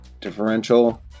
differential